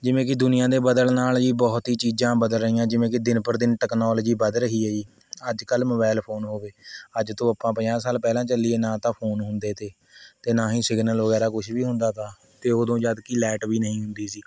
ਜਿਵੇ ਕਿ ਦੁਨੀਆ ਦੇ ਬਦਲਣ ਨਾਲ਼ ਜੀ ਬਹੁਤ ਹੀ ਚੀਜ਼ਾਂ ਬਦਲ ਰਹੀਆਂ ਜਿਵੇਂ ਕਿ ਦਿਨ ਪਰ ਦਿਨ ਟਕਨੋਲਜੀ ਵੱਧ ਰਹੀ ਹੈ ਜੀ ਅੱਜ ਕੱਲ੍ਹ ਮੋਬਾਇਲ ਫੋਨ ਹੋ ਗਏ ਅੱਜ ਤੋਂ ਆਪਾਂ ਪੰਜਾਹ ਸਾਲ ਪਹਿਲਾਂ ਚੱਲੀਏ ਨਾ ਤਾਂ ਫੋਨ ਹੁੰਦੇ ਤੇ ਅਤੇ ਨਾ ਹੀ ਸਿਗਨਲ ਵਗੈਰਾ ਕੁਛ ਵੀ ਹੁੰਦਾ ਤਾ ਅਤੇ ਉਦੋਂ ਜਦ ਕਿ ਲੈਟ ਵੀ ਨਹੀਂ ਹੁੰਦੀ ਸੀ